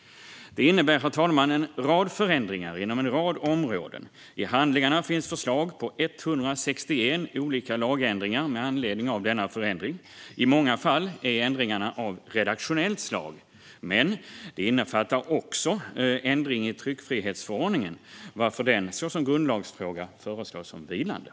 Det innebär, herr talman, en rad förändringar inom en rad områden. I handlingarna finns förslag på 161 olika lagändringar med anledning av denna förändring. I många fall är ändringarna av redaktionellt slag. Men de innefattar också ändring i tryckfrihetsförordningen, varför den så som grundlagsfråga föreslås som vilande.